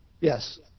Yes